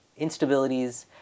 instabilities